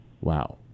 wow